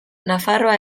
nafarroa